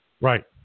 Right